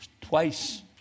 twice